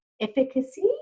efficacy